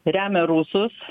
remia rusus